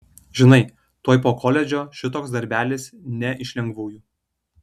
žinai tuoj po koledžo šitoks darbelis ne iš lengvųjų